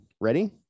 ready